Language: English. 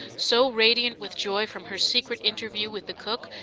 so radiant with joy from her secret interview with the cook,